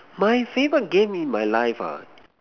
my favourite game in my life ah